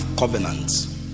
Covenants